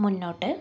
മുന്നോട്ട്